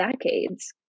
decades